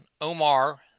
Omar